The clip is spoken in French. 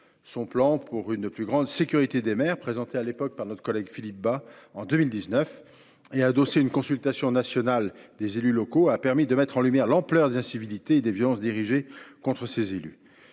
d’action pour une plus grande sécurité des maires, présenté par Philippe Bas en 2019 et adossé à une consultation nationale des élus locaux, a permis de mettre en lumière l’ampleur des incivilités et des violences dirigées contre les élus.